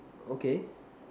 okay